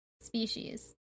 species